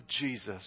Jesus